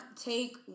take